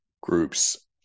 groups